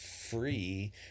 free